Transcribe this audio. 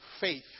faith